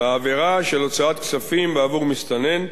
בעבירה של הוצאת כספים בעבור מסתנן,